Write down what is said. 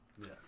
Yes